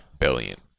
billion